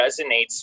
resonates